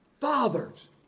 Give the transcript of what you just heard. Fathers